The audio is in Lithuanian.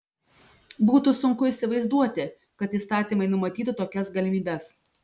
būtų sunku įsivaizduoti kad įstatymai numatytų tokias galimybes